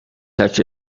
such